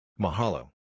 Mahalo